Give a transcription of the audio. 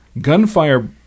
Gunfire